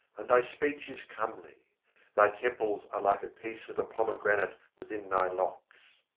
and thy speech is comely thy temples are like a piece of a pomegranate within thy locks.